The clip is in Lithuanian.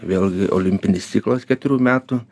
vėlgi olimpinis ciklas keturių metų